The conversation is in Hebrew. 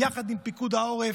יחד עם פיקוד העורף,